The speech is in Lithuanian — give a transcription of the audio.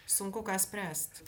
sunku ką spręst